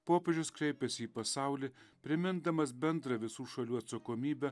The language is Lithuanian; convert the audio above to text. popiežius kreipiasi į pasaulį primindamas bendrą visų šalių atsakomybę